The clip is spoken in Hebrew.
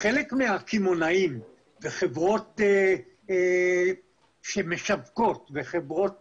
חלק מהקמעונאים וחברות שמשווקות, חברות תובלה,